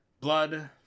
blood